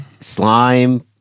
Slime